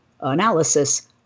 analysis